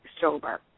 sober